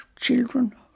children